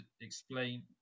explain